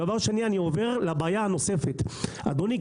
אדוני,